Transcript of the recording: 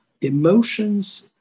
emotions